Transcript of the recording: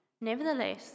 Nevertheless